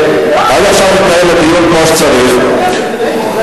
אחזור, בשבילך.